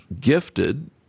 gifted